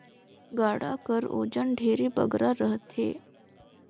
गाड़ा कर ओजन ढेरे बगरा रहथे